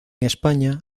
españa